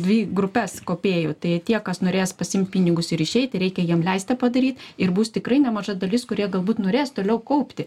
dvi grupes kopėjų tai tie kas norės pasiimt pinigus ir išeit ir reikia jiem leist tą padaryt ir bus tikrai nemaža dalis kurie galbūt norės toliau kaupti